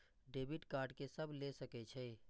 Debit card के सब ले सके छै?